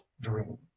dream